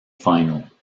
final